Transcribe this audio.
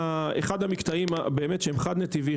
זה אחד המקטעים שהם חד נתיביים,